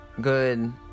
good